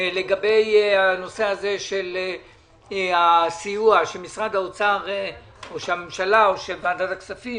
לגבי הנושא של הסיוע, שהממשלה וועדת הכספים